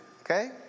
okay